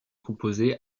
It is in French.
composé